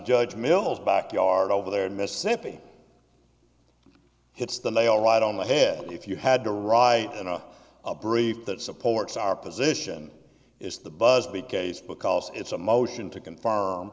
judge mills backyard over there in mississippi hits the nail right on the head if you had to write into a brief that supports our position is the busby case because it's a motion to confirm